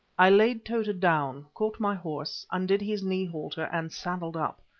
i laid tota down, caught my horse, undid his knee halter, and saddled up.